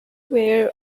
were